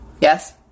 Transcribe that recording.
Yes